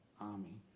army